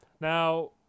Now